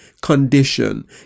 condition